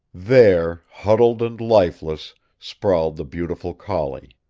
there huddled and lifeless sprawled the beautiful collie.